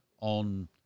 on